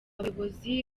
bayobozi